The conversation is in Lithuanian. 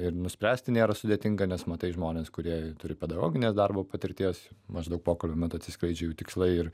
ir nuspręsti nėra sudėtinga nes matai žmones kurie turi pedagoginės darbo patirties maždaug pokalbio metu atsiskleidžia jų tikslai ir